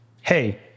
hey